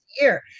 year